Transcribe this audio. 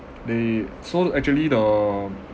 they so actually the